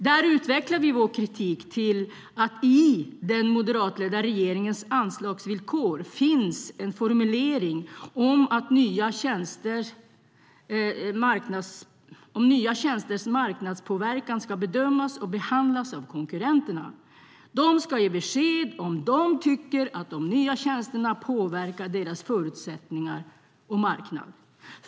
Där utvecklar vi vår kritik mot att det i den moderatledda regeringens anslagsvillkor finns en formulering om att nya tjänsters marknadspåverkan ska bedömas och behandlas av konkurrenterna. De ska ge besked om de tycker att de nya tjänsterna påverkar deras förutsättningar på marknaden.